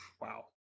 Wow